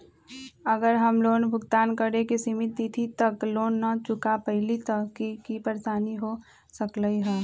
अगर हम लोन भुगतान करे के सिमित तिथि तक लोन न चुका पईली त की की परेशानी हो सकलई ह?